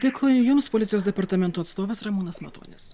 dėkoju jums policijos departamento atstovas ramūnas matonis